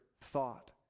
thought